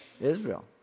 Israel